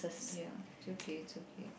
ya it's okay it's okay